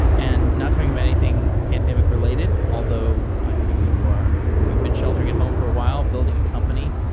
and not talking about anything pandemic-related, although i know you are you've been sheltering at home for a while, building a company,